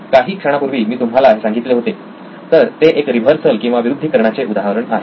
काही क्षणापूर्वी मी तुम्हाला हे सांगितले होते तर हे एक रिव्हर्सल चे किंवा विरुद्धीकरणाचे उदाहरण आहे